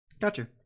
Gotcha